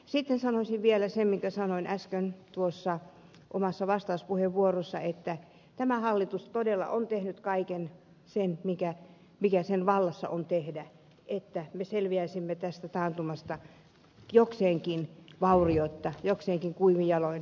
sitten sanoisin vielä sen minkä sanoin äsken omassa vastauspuheenvuorossani että tämä hallitus todella on tehnyt kaiken sen mikä sen vallassa on tehdä jotta me selviäisimme tästä taantumasta jokseenkin vaurioitta ja kuivin jaloin